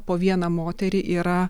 po vieną moterį yra